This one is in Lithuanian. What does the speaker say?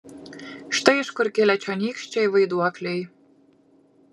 štai iš kur kilę čionykščiai vaiduokliai